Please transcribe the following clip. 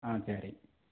ஆ சரி